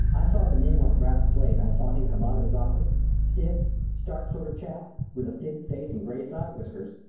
i saw the name on a brass plate and i saw him come out of his office stiff, starched sort of chap, with a thin face and gray side whiskers!